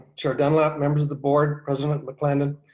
chair dunlap, members of the board, president maclennan.